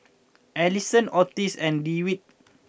Ellison Otis and Dewitt